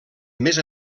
més